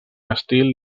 estil